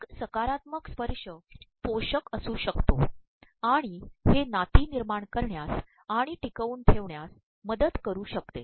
एक सकारात्मक स्त्पशय पोषक असूशकतो आणण हे नाती तनमायण करण्यास आणण द्रिकवून ठेवण्यास मदत करू शकते